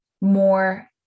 more